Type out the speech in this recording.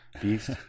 Beast